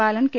Balan K